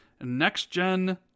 next-gen